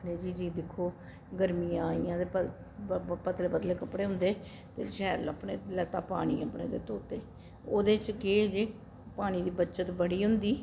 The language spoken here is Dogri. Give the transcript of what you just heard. आखने जी दिक्खो गर्मियां आइयां ते पतले पतले कपड़े होंदे ते शैल लब्भने लैता पानी अपने ते धोते ओह्दे च केह् जे पानी दी बचत बड़ी होंदी